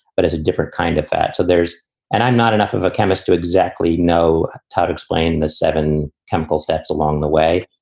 but it's a different kind of fat. so there's and not enough of a chemist to exactly know how to explain the seven chemical steps along the way.